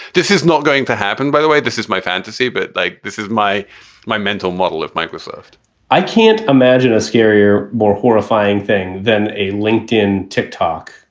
this is not going to happen. by the way, this is my fantasy. but like this is my my mental model of microsoft i can't imagine a scarier, more horrifying thing than a linkedin tick-tock